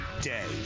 day